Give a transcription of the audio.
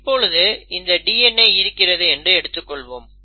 இப்பொழுது இந்த DNA இருக்கிறது என்று எடுத்துக்கொள்வோம்